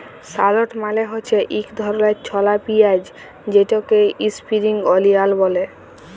shallot মালে হছে ইক ধরলের ছলা পিয়াঁইজ যেটাকে ইস্প্রিং অলিয়াল ব্যলে